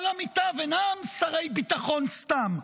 כל עמיתיו אינם שרי ביטחון סתם,